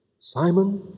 Simon